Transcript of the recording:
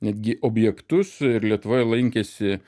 netgi objektus ir lietuvoje lankėsi